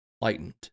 lightened